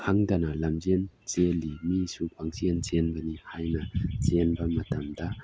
ꯈꯪꯗꯅ ꯂꯝꯖꯦꯟ ꯆꯦꯟꯂꯤ ꯃꯤꯁꯨ ꯄꯪꯆꯦꯟ ꯆꯦꯟꯕꯅꯤ ꯍꯥꯏꯅ ꯆꯦꯟꯕ ꯃꯇꯝꯗ